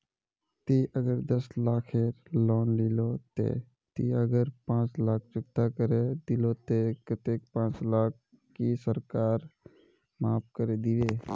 ती अगर दस लाख खेर लोन लिलो ते ती अगर पाँच लाख चुकता करे दिलो ते कतेक पाँच लाख की सरकार माप करे दिबे?